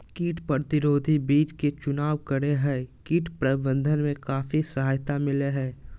कीट प्रतिरोधी बीज के चुनाव करो हइ, कीट प्रबंधन में काफी सहायता मिलैय हइ